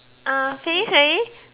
uh finish already